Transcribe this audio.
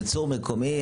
ייצור מקומי,